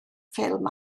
ffilm